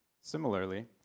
Similarly